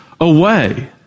away